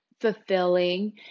fulfilling